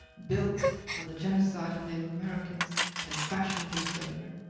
built on the genocide of native americans and fashioned through slavery,